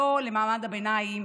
לא למעמד הביניים